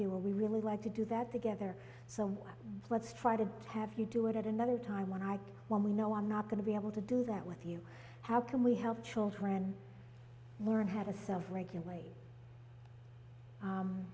or we really like to do that together so let's try to have you do it at another time when i when we know i'm not going to be able to do that with you how can we help children learn had a self regulate